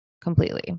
completely